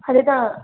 அதுதான்